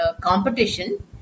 competition